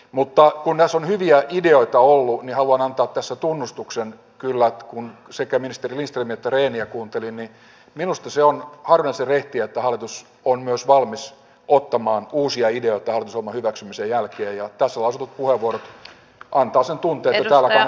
mutta kun näissä on hyviä ideoita ollut niin haluan antaa tässä tunnustuksen kyllä kun sekä ministeri lindströmiä että rehniä kuuntelin että minusta se on harvinaisen rehtiä että hallitus on myös valmis ottamaan uusia ideoita hallitusohjelman hyväksymisen jälkeen ja tässä lausutut puheenvuorot antavat sen tunteen että täällä kannattaa olla